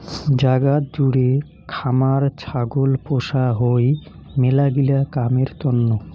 জাগাত জুড়ে খামার ছাগল পোষা হই মেলাগিলা কামের তন্ন